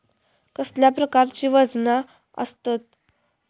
कसल्या प्रकारची वजना आसतत?